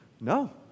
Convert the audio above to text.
No